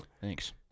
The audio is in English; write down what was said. Thanks